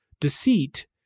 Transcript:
deceit